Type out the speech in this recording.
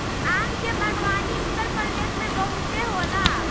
आम के बागवानी उत्तरप्रदेश में बहुते होला